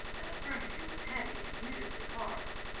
and the furniture was heavy and beautifully carved,